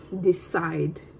decide